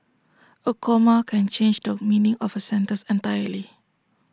A comma can change the meaning of A sentence entirely